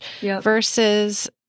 versus